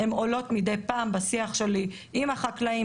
הן עולות מידי פעם בשיח שלי עם החקלאים,